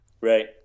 Right